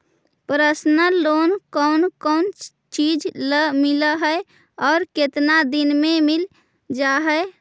Personal loan कोन कोन चिज ल मिल है और केतना दिन में मिल जा है?